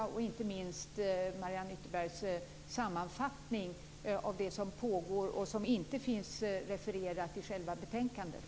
Där finns inte minst Mariann Ytterbergs sammanfattning av det som pågår och som inte finns refererat i själva betänkandet.